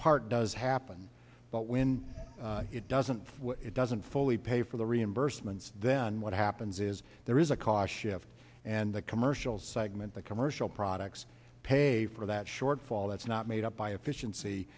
part does happen but when it doesn't it doesn't fully pay for the reimbursements then what happens is there is a cautious and the commercial segment the commercial products pay for that shortfall that's not made up by efficiency